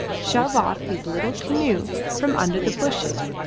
shove off his little canoe from under the bushes,